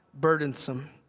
burdensome